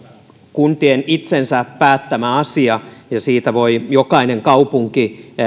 kuntien itsensä päättämä asia ja siitä voi jokainen kaupunki